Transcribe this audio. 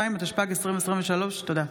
32), התשפ"ג 2023. תודה.